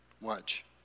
Watch